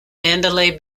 mandalay